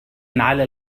على